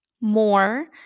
more